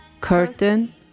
curtain